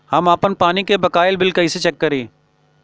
हम आपन पानी के बकाया बिल कईसे चेक करी?